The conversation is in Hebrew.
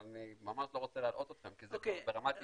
אבל אני ממש לא רוצה להלאות אתכם כי זה ברמת --- אוקיי.